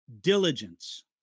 diligence